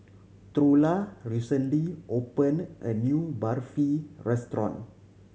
Trula recently opened a new Barfi restaurant